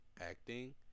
acting